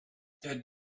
that